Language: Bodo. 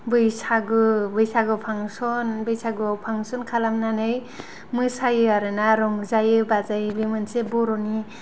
बैसागु बैसागु फांशन बैसागुआव फांशन खालामनानै मोसायो आरोना रंजायो बाजायो बे मोनसे बर'नि